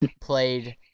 played